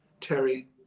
Terry